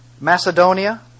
Macedonia